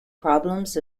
problems